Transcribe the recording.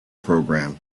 program